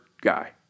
guy